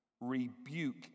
rebuke